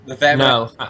No